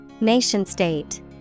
Nation-state